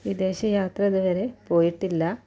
വിദേശ യാത്ര ഇതുവരെ പോയിട്ടില്ല